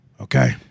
Okay